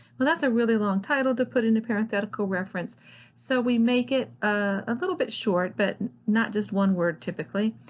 well, that's a really long title to put into a parenthetical reference, so we make it a little bit short, but not just one word typically,